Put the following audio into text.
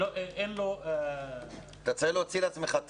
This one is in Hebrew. אין לו --- אתה צריך להוציא לעצמך את